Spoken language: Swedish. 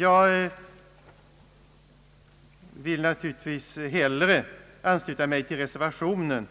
Jag vill naturligtvis hellre ansluta mig till reservationen,